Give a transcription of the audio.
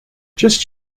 just